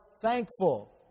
thankful